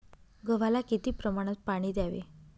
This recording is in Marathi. गव्हाला किती प्रमाणात पाणी द्यावे?